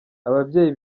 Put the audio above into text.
ababyeyi